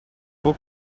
book